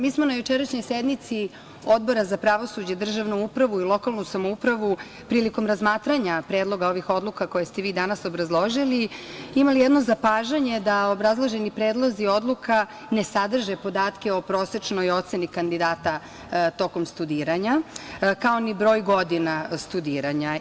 Mi smo na jučerašnjoj sednici Odbora za pravosuđe, državnu upravu i lokalnu samoupravu prilikom razmatranja predloga ovih odluka, koje ste vi danas obrazložili, imali jedno zapažanje da obrazloženi predlozi odluka ne sadrže podatke o prosečnoj oceni kandidata tokom studiranja, kao ni broj godina studiranja.